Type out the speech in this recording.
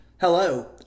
Hello